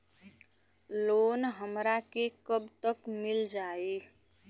Loan हमरा के कब तक मिल जाई?